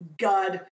God